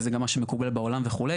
וזה גם מה שמקובל בעולם וכו'.